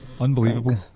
unbelievable